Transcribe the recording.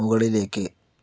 മുകളിലേക്ക്